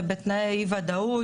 בתנאי אי ודאות,